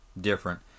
different